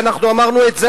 ואנחנו אמרנו את זה,